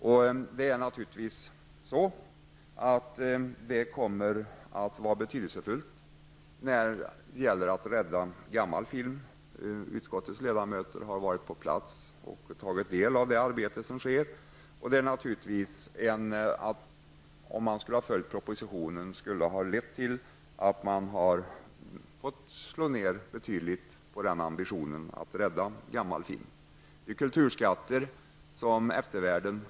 Det kommer naturligtvis att vara betydelsefullt när det gäller att rädda gammal film. Utskottets ledamöter har varit på plats och tagit del av det arbete som sker. Om vi hade bifallit förslaget i propositionen skulle man ha fått slå ned betydligt på ambitionen att rädda gammal film. Det är kulturskatter.